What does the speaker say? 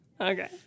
Okay